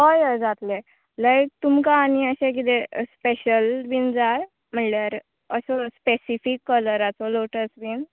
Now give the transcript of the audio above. हय हय जातलें लायक तुमकां आनी अशें कितें स्पेशल बीन जाय म्हळ्यार असो स्पेसीफीक कलराचो लोटस बीन